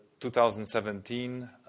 2017